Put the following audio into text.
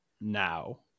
now